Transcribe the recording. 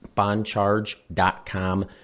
Bondcharge.com